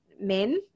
men